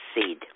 seed